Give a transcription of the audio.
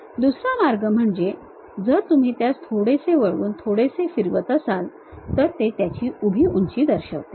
दुसर्या मार्ग म्हणजे जर तुम्ही त्यास थोडेसे वळवून थोडेसे फिरवत असाल तर ते त्याची उभी उंची दर्शवते